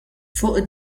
fuq